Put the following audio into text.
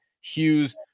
Hughes